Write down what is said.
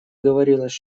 говорилось